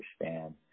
understand